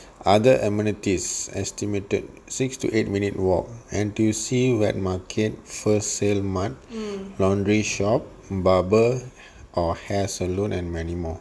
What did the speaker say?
other amenities estimated six to eight minute walk N_T_U_C wet market wholesale mart laundry shop barber or hair saloon and many more